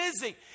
busy